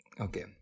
okay